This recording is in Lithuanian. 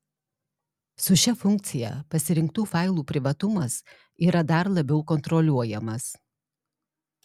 su šia funkcija pasirinktų failų privatumas yra dar labiau kontroliuojamas